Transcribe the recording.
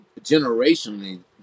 generationally